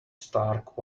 stark